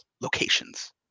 locations